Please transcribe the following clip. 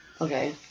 Okay